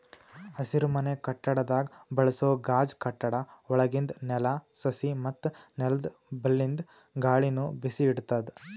ಹಸಿರುಮನೆ ಕಟ್ಟಡದಾಗ್ ಬಳಸೋ ಗಾಜ್ ಕಟ್ಟಡ ಒಳಗಿಂದ್ ನೆಲ, ಸಸಿ ಮತ್ತ್ ನೆಲ್ದ ಬಲ್ಲಿಂದ್ ಗಾಳಿನು ಬಿಸಿ ಇಡ್ತದ್